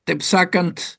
taip sakant